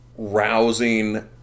Rousing